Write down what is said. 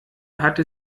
hatte